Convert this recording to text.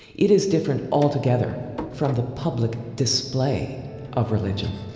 it is different altogether from the public display of religion.